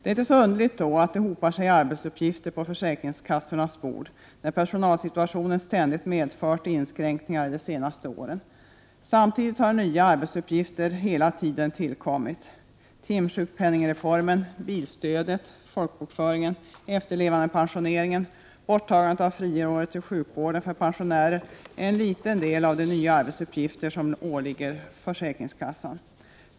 Det är inte så underligt att det hopar sig arbetsuppgifter på försäkringskassornas bord när personalsituationen ständigt medfört inskränkningar de senaste åren. Samtidigt har nya arbetsuppgifter hela tiden tillkommit. Timsjukpenningreformen, bilstödet, folkbokföringen, efterlevandepensioneringen, borttagandet av friåret i sjukvården för pensionärer är en liten del av de nya arbetsuppgifter som åligger försäkringskassan.